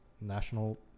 National